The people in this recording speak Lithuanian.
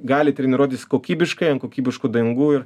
gali treniruotis kokybiškai ant kokybiškų dangų ir